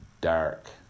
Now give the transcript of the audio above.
dark